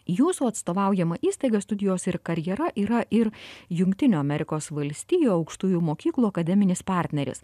jūsų atstovaujama įstaiga studijos ir karjera yra ir jungtinių amerikos valstijų aukštųjų mokyklų akademinis partneris